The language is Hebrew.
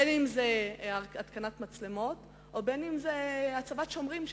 בין אם זה בהתקנת מצלמות ובין אם זה בהצבת שומרים שם.